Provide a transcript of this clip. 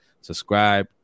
subscribe